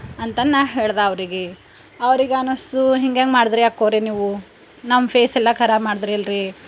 ಅಂತಂದು ನಾನು ಹೇಳ್ದೆ ಅವ್ರಿಗೆ ಅವ್ರಿಗೆ ಅನ್ನಿಸ್ತು ಹಿಂಗೆಂಗ ಮಾಡಿದ್ರಿ ಅಕ್ಕೋರೆ ನೀವು ನಮ್ಮ ಫೇಸೆಲ್ಲ ಖರಾಬು ಮಾಡಿದ್ರಿ ಅಲ್ರಿ